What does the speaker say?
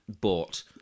bought